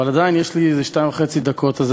אבל עדיין יש לי שתי דקות וחצי,